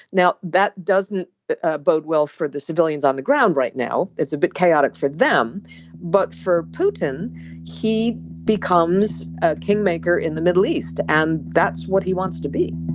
now that doesn't ah bode well for the civilians on the ground right now it's a bit chaotic for them but for putin he becomes a kingmaker in the middle east and that's what he wants to be